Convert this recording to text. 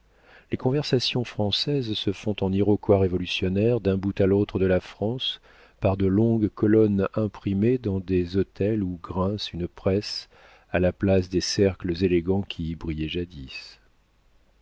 les conversations françaises se font en iroquois révolutionnaire d'un bout à l'autre de la france par de longues colonnes imprimées dans des hôtels où grince une presse à la place des cercles élégants qui y brillaient